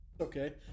okay